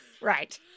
Right